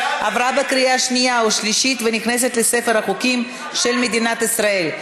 עברה בקריאה שנייה ושלישית ונכנסת לספר החוקים של מדינת ישראל.